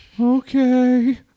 Okay